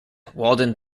walden